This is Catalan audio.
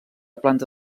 planta